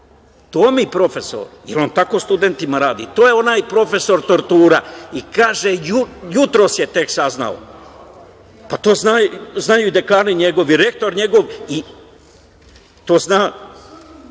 To mi je profesor. Da li on tako sa studentima radi? To je onaj profesor tortura i kaže jutros je tek saznao, pa to znaju i dekani njegovi, rektor njegov i to zna